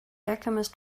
alchemist